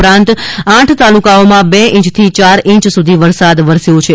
ઉપરાંત આઠ તાલુકાઓમાં બે ઇંચથી ચાર ઇંચ સુધી વરસાદ વરસ્યો છે